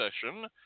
session